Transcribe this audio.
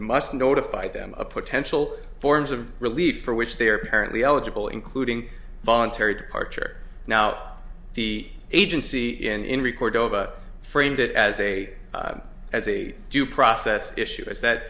must notify them of potential forms of relief for which they are apparently eligible including voluntary departure now the agency in record of a framed as a as a due process issues that